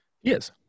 Yes